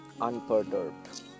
unperturbed